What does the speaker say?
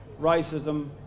racism